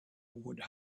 would